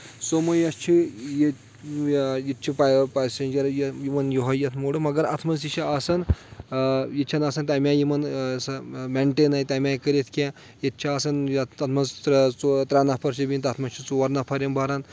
سومو یۄس چھِ ییٚتہِ ییٚتہِ چھِ پیسنجر یہِ یِوان یہَے یَتھ موڈ مگر اتھ منٛز یہِ چھِ آسان یہِ چھےٚ نہٕ آسان تَمہِ آیہِ یِمن سۄ مینٹین آے تَمہِ آیہِ کٔرِتھ کینٛہہ ییٚتہِ چھِ آسان یتھ تتھ منٛز ترٛےٚ ژور ترٛےٚ نفر چھِ بِہٕنۍ تتھ منٛز چھِ ژور نفر یِم بران